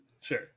Sure